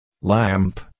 Lamp